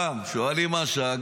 גם שואלים מה השעה,